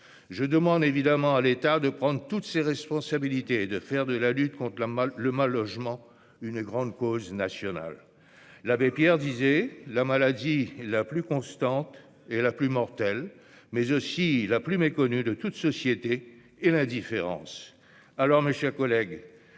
Je demande à l'État de prendre toutes ses responsabilités et de faire de la lutte contre le mal-logement une grande cause nationale. L'abbé Pierre disait :« La maladie la plus constante et la plus mortelle, mais aussi la plus méconnue de toute société est l'indifférence ».